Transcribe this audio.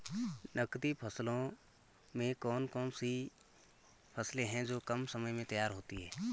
नकदी फसलों में कौन सी फसलें है जो कम समय में तैयार होती हैं?